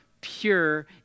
pure